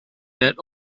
that